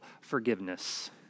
forgiveness